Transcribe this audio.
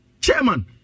Chairman